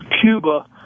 Cuba